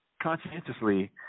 conscientiously